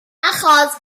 achos